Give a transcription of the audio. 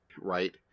Right